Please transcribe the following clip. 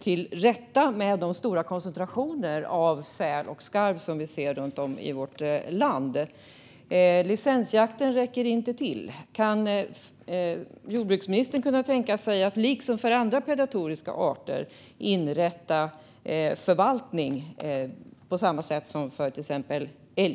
till rätta med de stora koncentrationer av säl och skarv som vi ser runt om i vårt land? Licensjakten räcker inte till. Kan jordbruksministern tänka sig att liksom för andra predatoriska arter inrätta förvaltning på samma sätt som för till exempel älg?